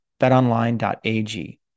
BetOnline.ag